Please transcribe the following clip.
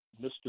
Mr